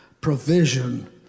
provision